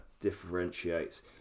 differentiates